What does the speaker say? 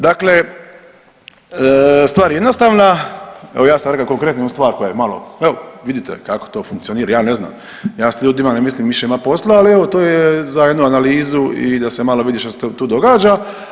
Dakle, stvar je jednostavna evo ja sam reka konkretnu stvar koja je malo, evo vidite kako to funkcionira, ja ne znam, ja s ljudima ne mislim više imati posla, ali evo to je za jednu analizu i da se malo vidi što se tu događa.